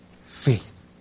faith